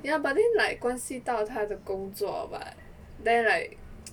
ya but then like 关系到他的工作 what then like